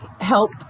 help